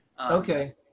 Okay